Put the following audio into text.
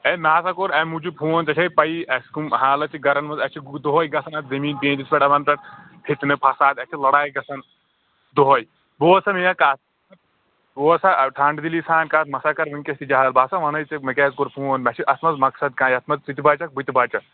ہے مےٚ ہَسا کوٚر اَمہِ موٗجوٗب فون ژےٚ چھے پَیی اَسہِ کَم حالَت چھِ گَرَن منٛز اَسہِ چھِ دۄہَے گَژھان اَتھ زٔمیٖن پیٖنٛتِس پٮ۪ٹھ اَونتہٕ پھِتنہٕ فَساد اَتہِ چھِ لَڑاے گَژھان دۄہَے بوز سا میٛٲنۍ کَتھ بوز سا ٹھنٛڈ دِلی سان کَتھ مَہ سا کَر وٕنۍکٮ۪س تہِ جَہَل بہٕ ہَسا وَنَے ژےٚ مےٚ کیٛازِ کوٚر فون مےٚ چھُ اَتھ منٛز مَقصَد کانٛہہ یَتھ منٛز ژٕ تہِ بَچَکھ بہٕ تہِ بَچہٕ